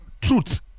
truth